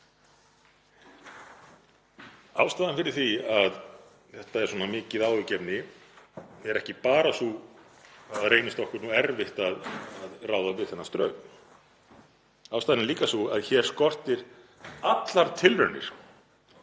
Ástæðan fyrir því að þetta er svona mikið áhyggjuefni er ekki bara sú að það reynist okkur erfitt að ráða við þennan straum. Ástæðan er líka sú að hér skortir allar tilraunir